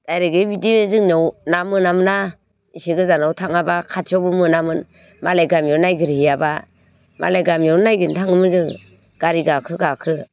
दायरेक्टहै बिदि जोंनाव ना मोनामोनना एसे गोजानाव थाङाबा खाथियावबो मोनामोन मालाय गामियाव नागिरहैयाबा मालाय गामियावनो नागिरनो थाङोमोन जोङो गारि गाखो गाखो